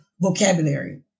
vocabulary